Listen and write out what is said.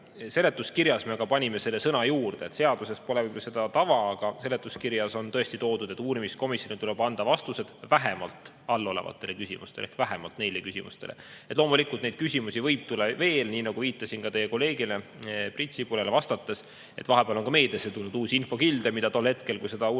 Seletuskirjas me panime selle sõna juurde. Seaduses pole seda tava, aga seletuskirjas on tõesti välja toodud, et uurimiskomisjonile tuleb anda vastused vähemalt allolevatele küsimustele ehk vähemalt neile küsimustele. Loomulikult, neid küsimusi võib tulla veel, nii nagu viitasin ka teie kolleegile Priit Sibulale vastates: vahepeal on meediasse tulnud uusi infokilde, mida tol hetkel, kui me seda uurimiskomisjoni